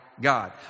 God